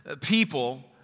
people